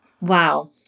Wow